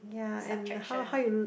subtraction